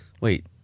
Wait